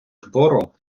твору